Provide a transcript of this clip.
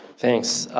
thanks,